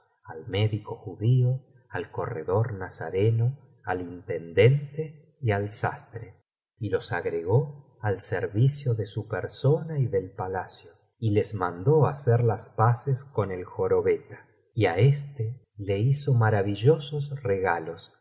al médico judío al corredor nazareno al intendente y al sastre y los agregó al servicio de su persona y del palacio y les mandó hacer las paces con el jorobeta y á éste le hizo maravillosos regalos le